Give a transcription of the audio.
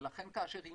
ולכן כאשר היא